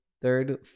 third